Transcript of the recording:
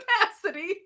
capacity